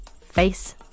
face